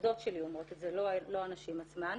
העובדות שלי אומרות את זה, לא הנשים עצמן.